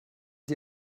sie